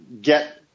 get